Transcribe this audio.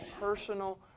personal